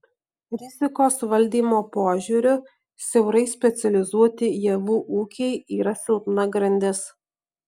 rizikos valdymo požiūriu siaurai specializuoti javų ūkiai yra silpna grandis